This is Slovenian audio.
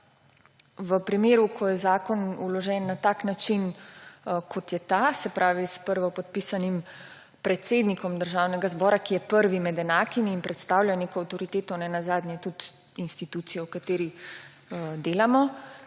v primeru, ko je zakon vložen na tak način, kot je ta, se pravi s prvopodpisanim predsednikom Državnega zbora, ki je prvi med enakimi in predstavlja neko avtoriteto, nenazadnje tudi institucijo, v kateri delamo,